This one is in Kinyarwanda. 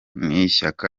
n’ishyaka